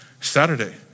Saturday